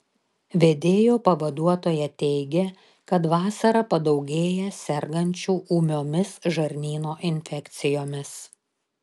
vedėjo pavaduotoja teigė kad vasarą padaugėja sergančių ūmiomis žarnyno infekcijomis